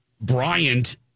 Bryant